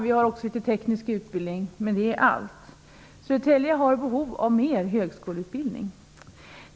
Vi har också litet teknisk utbildning, men det är allt. Södertälje har behov av mer högskoleutbildning.